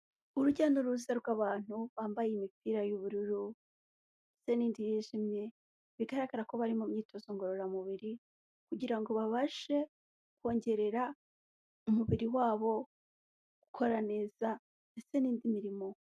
Urujya n'uruza rw'abantu bambaye imipira y'ubururu ndetse n'indi yijimye, bigaragara ko bari mu myitozo ngororamubiri kugira ngo babashe kongerera umubiri wabo gukora neza ndetse n'indi mirimo.